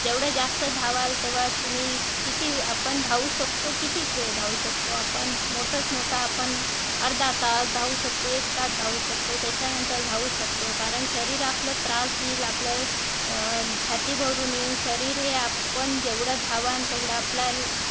जेवढं जास्त धावाल तेवढा तुम्ही किती आपण धावू शकतो कितीक वेळ धावू शकतो आपण मोठंच मोठं आपण अर्धा तास धावू शकतो एक तास धावू शकतो त्याच्यानंतर धावू शकतो कारण शरीर आपलं त्रास देईल आपल्या छाती भरून येईल शरीर हे आपण जेवढं धावाल तेवढं आपल्या